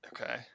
Okay